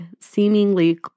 seemingly